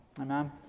amen